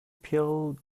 peel